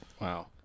Wow